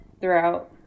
throughout